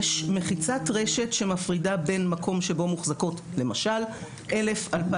יש מחיצת רשת שמפרידה בין מקום שבו מוחזקות למשל 2,000-1,000